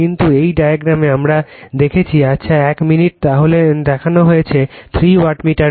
কিন্তু এই ডায়াগ্রামে আমি দেখিয়েছি আচ্ছা এক মিনিট তাহলে দেখানো হয়েছে থ্রি ওয়াট মিটার